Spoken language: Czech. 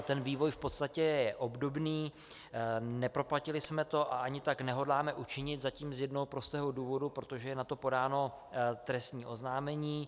Ten vývoj v podstatě obdobný, neproplatili jsme to a ani tak nehodláme učinit zatím z jednoho prostého důvodu protože je na to podáno trestní oznámení.